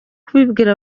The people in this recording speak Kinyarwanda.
kubibwira